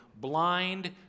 blind